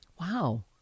Wow